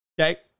okay